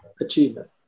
achievement